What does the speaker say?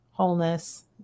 wholeness